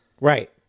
Right